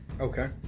Okay